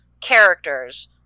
characters